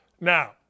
now